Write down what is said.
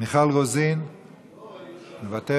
מיכל רוזין מוותרת,